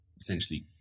essentially